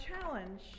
challenge